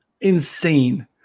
Insane